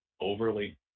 overly